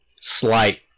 slight